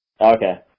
Okay